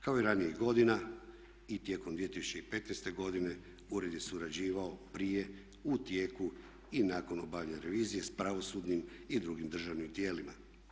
Kao i ranijih godina i tijekom 2015. godine ured je surađivao prije, u tijeku i nakon obavljene revizije s pravosudnim i drugim državnim tijelima.